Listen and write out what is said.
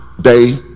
day